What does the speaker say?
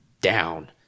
down